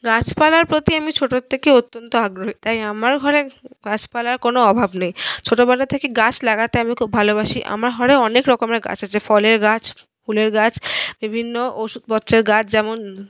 গাছপালার প্রতি আমি ছোটোর থেকেই অত্যন্ত আগ্রহী তাই আমার ঘরে গাছপালার কোনো অভাব নেই ছোটবেলা থেকে গাছ লাগাতে আমি খুব ভালোবাসি আমার ঘরে অনেক রকমের গাছ আছে ফলের গাছ ফুলের গাছ বিভিন্ন ওষুধপত্রের গাছ যেমন